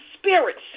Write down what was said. Spirits